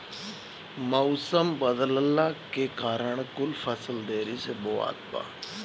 मउसम बदलला के कारण कुल फसल देरी से बोवात बा